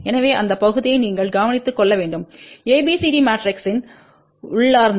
எனவே அந்த பகுதியை நீங்கள் கவனித்துக் கொள்ள வேண்டும் ABCD மேட்ரிக்ஸின் உள்ளார்ந்த